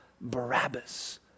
Barabbas